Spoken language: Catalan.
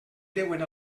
deuen